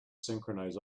synchronize